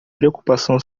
preocupação